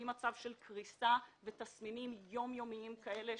ממצב של קריסה ותסמינים יום-יומיים כאלה,